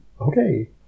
Okay